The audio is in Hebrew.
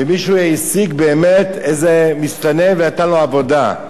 ומישהו העסיק באמת איזה מסתנן ונתן לו עבודה.